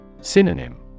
Synonym